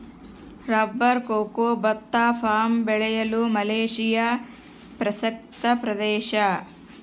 rubber cocoa ಭತ್ತ palm ಬೆಳೆಯಲು Malaysia ಪ್ರಸಕ್ತ ಪ್ರದೇಶ